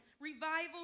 Revival